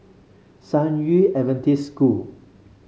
San Yu Adventist School